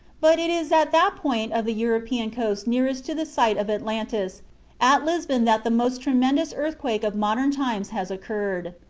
but it is at that point of the european coast nearest to the site of atlantis at lisbon that the most tremendous earthquake of modern times has occurred.